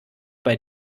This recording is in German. bei